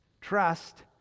trust